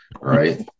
Right